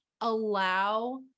allow